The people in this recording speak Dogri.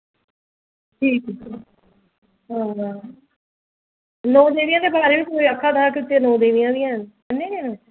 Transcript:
ठीक ऐ हां नौ देवियें दे बारे बी कोई आखा दा हा कि नौ देवियां बी हैन कन्नै गै न